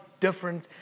different